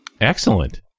Excellent